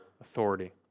authority